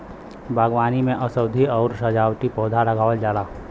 बागवानी में औषधीय आउर सजावटी पौधा लगावल जाला